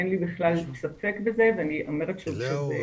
אין לי בכלל ספק בזה ואני אומרת שוב שזה,